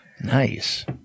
nice